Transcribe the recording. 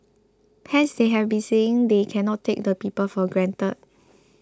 hence they have been saying they cannot take the people for granted